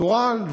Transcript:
טורעאן,